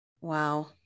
Wow